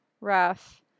rough